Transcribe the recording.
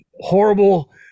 horrible